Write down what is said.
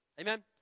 Amen